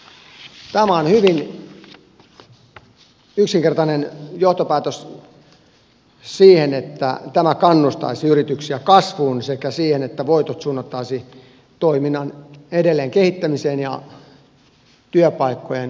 tämä on hyvin yksinkertainen johtopäätös siihen että tämä kannustaisi yrityksiä kasvuun sekä siihen että voitot suunnattaisiin toiminnan edelleenkehittämiseen ja työpaikkojen luomiseen